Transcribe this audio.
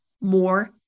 more